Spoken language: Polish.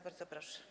Bardzo proszę.